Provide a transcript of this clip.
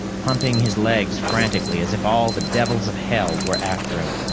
pumping his legs frantically as if all the devils of hell were after him.